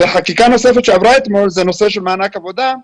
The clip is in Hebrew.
חקיקה נוספת שעברה אתמול היא בנושא מענק עבודה,